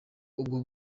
ubwo